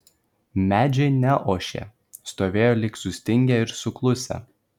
medžiai neošė stovėjo lyg sustingę ir suklusę